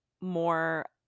more